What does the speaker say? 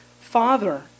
Father